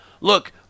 Look